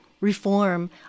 reform